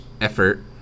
effort